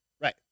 right